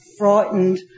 Frightened